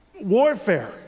Warfare